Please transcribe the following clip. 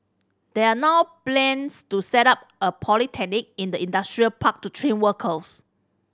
there are now plans to set up a polytechnic in the industrial park to train workers